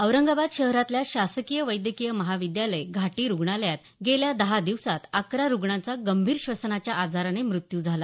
औरंगाबाद शहरातल्या शासकीय वैद्यकीय महाविद्यालय घाटी रुग्णालयात गेल्या दहा दिवसांत अकरा रूग्णांचा गंभीर श्वसनाच्या आजाराने मृत्यू झाला